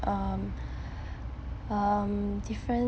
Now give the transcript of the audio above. um um different